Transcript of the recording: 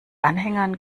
anhängern